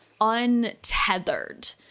untethered